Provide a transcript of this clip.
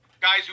guys